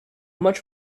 much